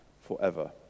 forever